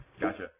Gotcha